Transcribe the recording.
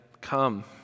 come